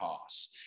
pass